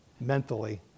mentally